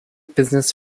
business